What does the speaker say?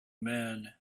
man